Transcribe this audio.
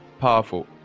powerful